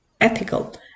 ethical